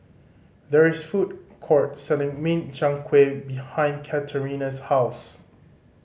there is a food court selling Min Chiang Kueh behind Katerina's house